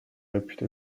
réputé